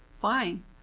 fine